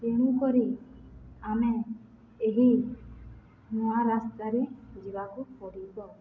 ତେଣୁକରି ଆମେ ଏହି ନୂଆ ରାସ୍ତାରେ ଯିବାକୁ ପଡ଼ିବ